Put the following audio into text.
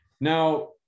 now